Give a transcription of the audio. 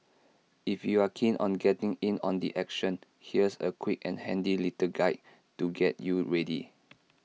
if you're keen on getting in on the action here's A quick and handy little guide to get you ready